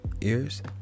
ears